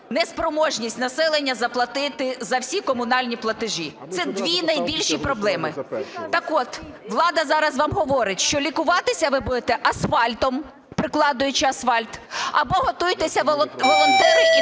неспроможність населення заплатити за всі комунальні платежі. Це дві найбільші проблеми. Так от влада зараз вам говорить, що лікуватися ви будете асфальтом, прикладаючи асфальт, або готуйтеся, волонтери і